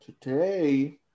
Today